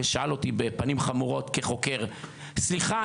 ושאל אותי בפנים חמורות כחוקר: סליחה,